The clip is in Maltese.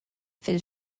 fil